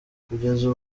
kugeza